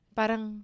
parang